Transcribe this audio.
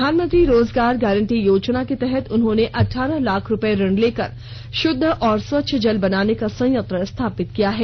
प्रधानमंत्री रोजगार गारंटी योजना के तहत उन्होंने अठारह लाख रुपए ऋण लेकर शुद्ध और स्वच्छ जल बनाने का संयंत्र स्थापित किया है